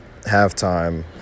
halftime